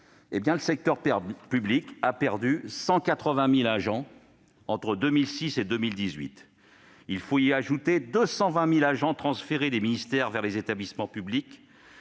le secteur public a perdu 180 000 agents entre 2006 et 2018. Il faut y ajouter 220 000 agents transférés des ministères vers les établissements publics,